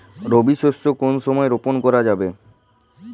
রবি শস্য কোন সময় রোপন করা যাবে?